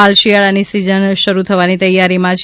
હાલ શિયાલાની સિઝન શરૂ થવાની તૈયારીમાં છે